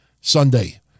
Sunday